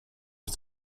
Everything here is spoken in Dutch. het